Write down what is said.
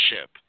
ship